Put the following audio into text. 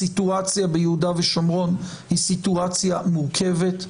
הסיטואציה ביהודה ושומרון היא סיטואציה מורכבת,